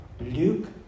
Luke